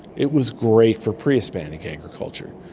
it was great for pre-hispanic agriculture.